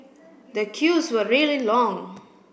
the queues were really long